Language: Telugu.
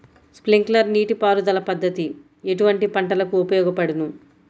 స్ప్రింక్లర్ నీటిపారుదల పద్దతి ఎటువంటి పంటలకు ఉపయోగపడును?